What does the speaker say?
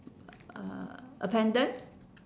uh a pendant